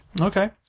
Okay